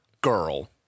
girl